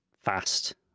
fast